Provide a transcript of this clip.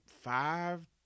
five